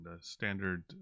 standard